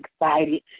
excited